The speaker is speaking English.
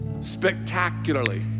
spectacularly